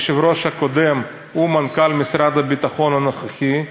היושב-ראש הקודם הוא מנכ"ל משרד הביטחון הנוכחי,